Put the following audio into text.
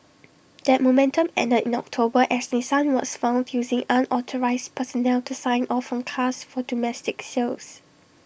that momentum ended in October as Nissan was found using unauthorised personnel to sign off on cars for domestic sales